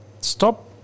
stop